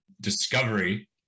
discovery